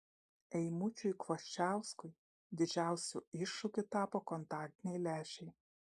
eimučiui kvoščiauskui didžiausiu iššūkiu tapo kontaktiniai lęšiai